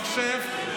מחשבים,